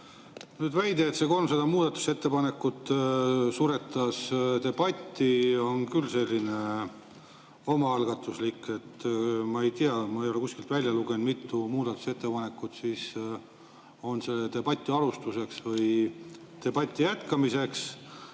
Väide, et need 300 muudatusettepanekut suretasid debati, on küll selline omaalgatuslik. Ma ei tea, ma ei ole kuskilt välja lugenud, mitu muudatusettepanekut on debati alustuseks või debati jätkamiseks.